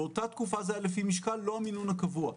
באותה תקופה זה היה לפי משקל - לא המינון הקבוע.